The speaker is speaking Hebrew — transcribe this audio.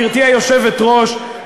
גברתי היושבת-ראש,